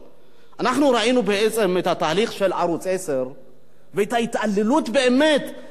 אנחנו ראינו בעצם את התהליך של ערוץ-10 ואת ההתעללות באמת בערוץ-10.